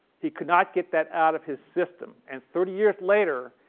he could not get that out of his system and thirty years later,